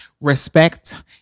Respect